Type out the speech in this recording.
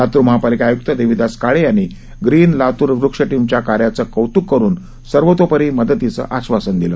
लातूर महापालिका आयुक्त देवीदास काळे यांनी ग्रीन लातूर वृक्ष टिमच्या कार्याचं कौत्क करुन सर्वोतोपरी मदतिचं आश्वासन दिलं